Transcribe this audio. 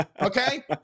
Okay